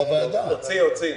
הוציא.